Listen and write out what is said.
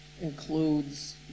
includes